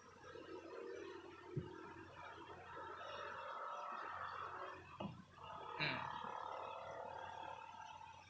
mm